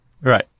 Right